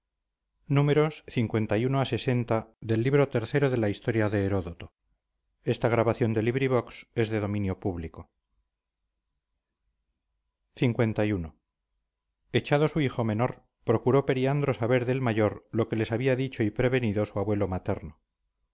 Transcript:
su casa li echado su hijo menor procuró periandro saber del mayor lo que les había dicho y prevenido su abuelo materno